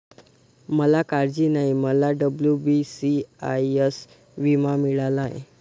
मला काळजी नाही, मला डब्ल्यू.बी.सी.आय.एस विमा मिळाला आहे